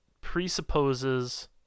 presupposes